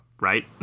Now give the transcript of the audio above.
right